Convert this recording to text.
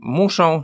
muszą